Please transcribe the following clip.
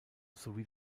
sowie